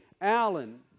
Alan